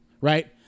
Right